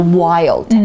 wild